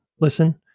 listen